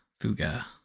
Fuga